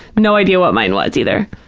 no idea what mine was either.